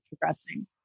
progressing